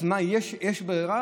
אז מה, יש ברירה?